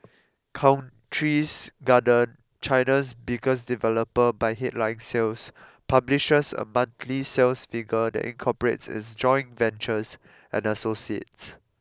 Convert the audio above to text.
Countries Garden China's biggest developer by headline sales publishes a monthly sales figure that incorporates its joint ventures and associates